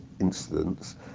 incidents